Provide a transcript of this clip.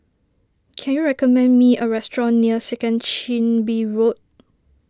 can you recommend me a restaurant near Second Chin Bee Road